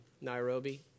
Nairobi